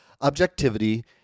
Objectivity